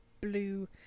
blue